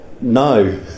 No